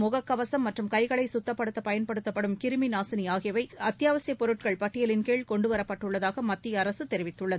முகக்கவசம் மற்றும் கைகளை குத்தப்படுத்த பயன்படுத்தப்படும் கிருமி நாசினி ஆகியவை அத்தியாவசிய பொருட்கள் பட்டியலின்கீழ் கொண்டுவரப்பட்டுள்ளதாக மத்திய அரசு தெரிவித்துள்ளது